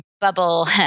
bubble